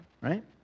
right